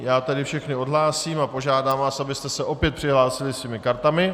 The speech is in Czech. Já tedy všechny odhlásím a požádám vás, abyste se opět přihlásili svými kartami.